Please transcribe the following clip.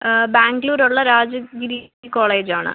ബാംഗ്ലൂരിലുള്ള Rajagiri college ആണ്